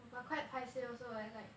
but quite paiseh also leh like